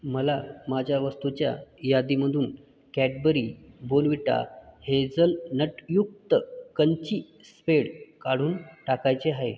मला माझ्या वस्तूच्या यादीमधून कॅडबरी बोनविटा हेजलनटयुक्त कंची स्पेड काढून टाकायचे आहे